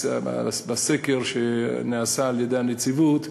הסקר שנעשה על-ידי הנציבות,